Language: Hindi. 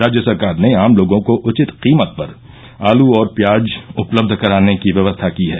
राज्य सरकार ने आम लोगों को उचित कीमत पर आलू और प्याज उपलब्ध कराने की व्यवस्था की है